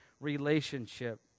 relationship